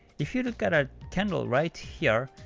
if you look at a candle right here,